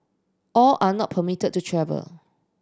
all are not permitted to travel